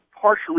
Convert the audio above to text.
partially